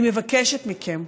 אני מבקשת מכם,